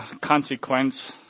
consequence